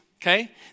okay